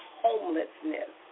homelessness